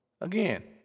Again